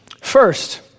First